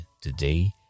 today